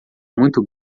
muito